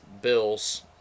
Bills